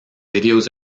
videos